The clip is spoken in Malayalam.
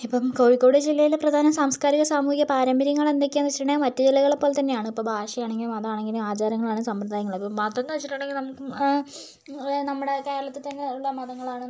ഇപ്പം കോഴിക്കോട് ജില്ലയിലെ പ്രധാന സാംസ്ക്കാരിക സാമൂഹിക പാരമ്പര്യങ്ങൾ എന്തൊക്കെയാന്നുവെച്ചിട്ടുണ്ടെങ്കിൽ മറ്റു ജില്ലകളെപ്പോലെത്തന്നെയാണ് ഇപ്പം ഭാഷയാണെങ്കിലും അതാണെങ്കിലും ആചാരങ്ങളായാലും സമ്പ്രദായങ്ങൾ അത് മതമെന്നു വെച്ചിട്ടുണ്ടെങ്കില് നമ്മുടെ കേരളത്തിൽ തന്നെയുള്ള മതങ്ങളാണ് നമ്മ